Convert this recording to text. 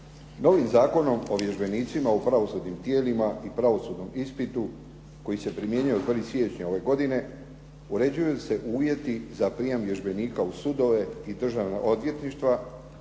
Novim zakonom o vježbenicima u pravosudnim tijelima i pravosudnom ispitu koji se primjenjuje od 1. siječnja ove godine uređuju se uvjeti za prijam vježbenika u sudove i državna odvjetništva,